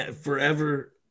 Forever